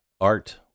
Art